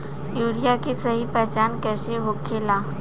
Urea के सही पहचान कईसे होखेला?